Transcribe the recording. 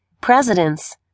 presidents